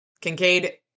Kincaid